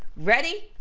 ready?